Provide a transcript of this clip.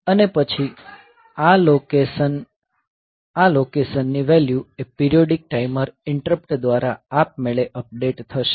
અને પછી આ લોકેશન આ લોકેશનની વેલ્યુ એ પીરીયોડીક ટાઈમર ઇન્ટરપ્ટ દ્વારા આપમેળે અપડેટ થશે